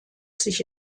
sich